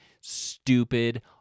stupid